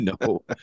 no